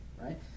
right